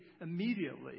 immediately